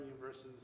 versus